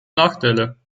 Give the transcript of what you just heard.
nachteile